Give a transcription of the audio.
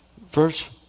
verse